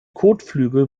kotflügel